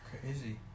Crazy